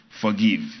forgive